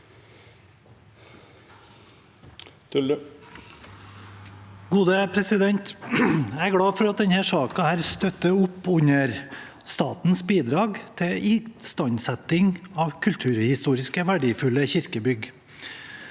Tyldum (Sp) Jeg er glad for at denne saken støtter opp under statens bidrag til istandsetting av kulturhistorisk verdifulle kirkebygg.